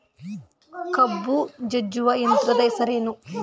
ಕಬ್ಬು ಜಜ್ಜುವ ಯಂತ್ರದ ಹೆಸರೇನು?